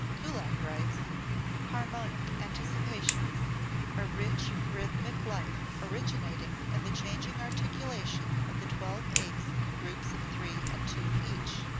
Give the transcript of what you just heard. kullak writes harmonic anticipations a rich rhythmic life originating in the changing articulation of the twelve-eights in groups of three and two each.